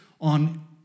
on